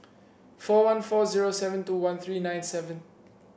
four one four zero seven two one three nine seven